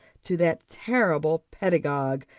to that terrible pedagogue,